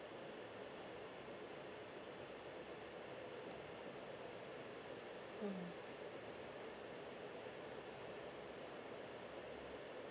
mm